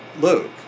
Luke